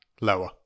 Lower